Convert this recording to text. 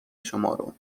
شمارو